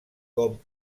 com